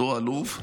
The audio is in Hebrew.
אותו אלוף,